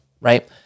Right